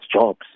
jobs